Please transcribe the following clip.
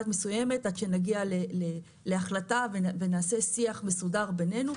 מסוימת עד שנגיע להחלטה ונעשה שיח מסודר בינינו,